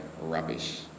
rubbish